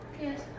Yes